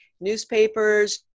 newspapers